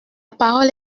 parole